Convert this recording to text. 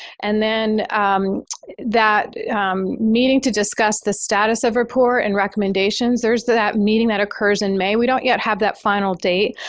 and then um that meeting to discuss the status of report and recommendations, there's that meeting that occurs in may. we don't yet have that final date.